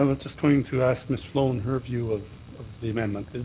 i was just going to ask ms. sloane her view of the amendment.